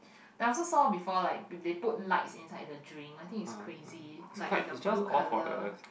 then I also saw before like if they put lights inside the drink I think it's crazy like in a blue colour